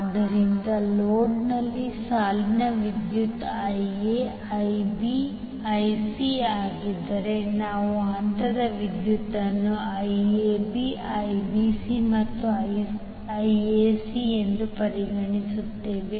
ಆದ್ದರಿಂದ ಲೋಡ್ನಲ್ಲಿ ಸಾಲಿನ ವಿದ್ಯುತ್𝐈𝑎 𝐈𝑏f ಆಗಿದ್ದರೆ ನಾವು ಹಂತದ ವಿದ್ಯುತ್ವನ್ನು 𝐈𝐴𝐵 𝐈𝐵𝐶 ಮತ್ತು 𝐈A𝐶 ಎಂದು ಪರಿಗಣಿಸುತ್ತೇವೆ